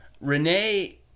Renee